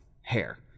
Hair